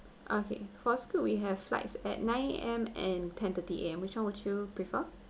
okay for scoot we have flights at nine A_M and ten thirty A_M which one would you prefer